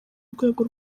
rwego